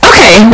Okay